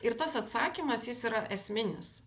ir tas atsakymas jis yra esminis